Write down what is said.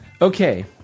Okay